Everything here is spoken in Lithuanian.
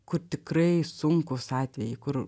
kur tikrai sunkūs atvejai kur